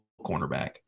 cornerback